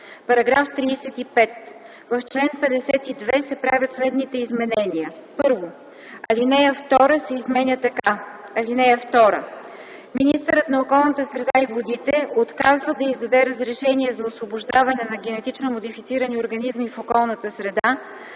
„§ 35. В чл. 52 се правят следните изменения: 1. Алинея 2 се изменя така: „(2) Министърът на околната среда и водите отказва да издаде разрешение за освобождаване на генетично модифицирани организми в околната среда